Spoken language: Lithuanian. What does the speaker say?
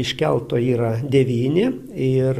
iš kelto yra devyni ir